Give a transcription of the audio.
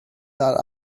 that